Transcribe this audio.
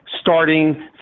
starting